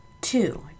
two